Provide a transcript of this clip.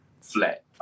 flat